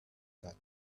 that